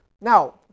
Now